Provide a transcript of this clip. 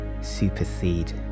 supersede